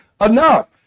enough